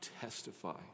testify